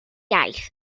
iaith